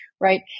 Right